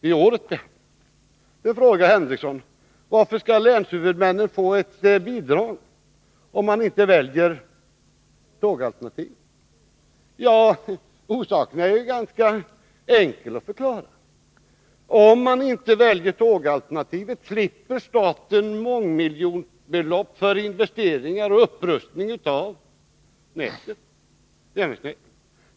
Då frågar Sven Henricsson: Varför skall länshuvudmännen få ett bidrag om man inte väljer tågalternativet? Ja, orsakerna är ju ganska enkla att förklara. Om man inte väljer tågalternativet, slipper staten mångmiljonbelopp för investeringar och upprustning av järnvägsnätet.